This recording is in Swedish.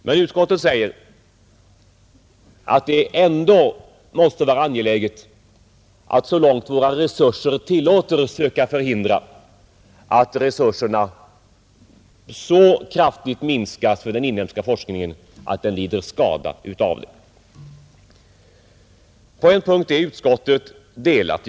Men utskottet säger att det ändå måste vara angeläget att så långt våra resurser tillåter söka förhindra att resurserna så kraftigt minskas för den inhemska forskningen, att den lider skada av det. På en punkt är utskottet delat.